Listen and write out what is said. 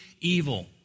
evil